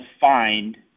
find